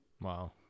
Wow